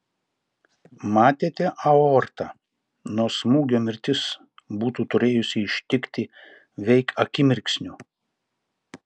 matėte aortą nuo smūgio mirtis būtų turėjusi ištikti veik akimirksniu